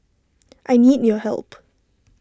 I need your help